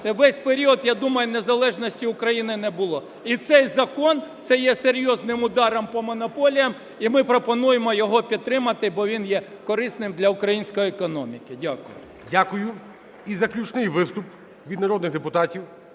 весь період, я думаю, незалежності України не було. І цей закон - це є серйозним ударом по монополіям. І ми пропонуємо його підтримати, бо він є корисним для української економіки. Дякую. ГОЛОВУЮЧИЙ. Дякую. І заключний виступ від народних депутатів.